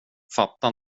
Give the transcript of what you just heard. fatta